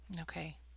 Okay